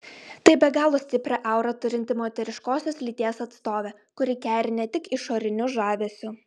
tai be galo stiprią aurą turinti moteriškosios lyties atstovė kuri keri ne tik išoriniu žavesiu